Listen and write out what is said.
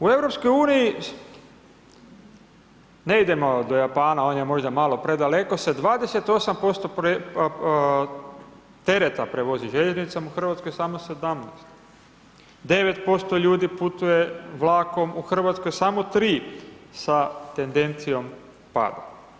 U EU, ne idemo do Japana, on je možda malo predaleko, sa 28% tereta prevozi željeznicom, u RH samo 17 9% ljudi putuje vlakom u Hrvatskoj, samo 3 sa tendencijom pada.